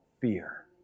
fear